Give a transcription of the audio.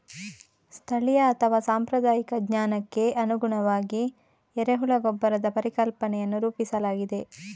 ಸ್ಥಳೀಯ ಅಥವಾ ಸಾಂಪ್ರದಾಯಿಕ ಜ್ಞಾನಕ್ಕೆ ಅನುಗುಣವಾಗಿ ಎರೆಹುಳ ಗೊಬ್ಬರದ ಪರಿಕಲ್ಪನೆಯನ್ನು ರೂಪಿಸಲಾಗಿದೆ